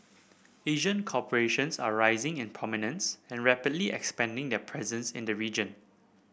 Asian corporations are rising in prominence and rapidly expanding their presence in the region